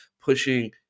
pushing